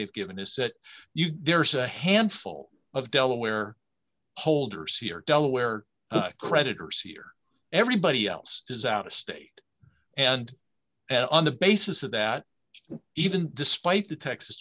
they've given is that you there's a handful of delaware holders here delaware creditors here everybody else is out of state and on the basis of that even despite the texas